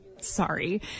Sorry